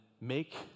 make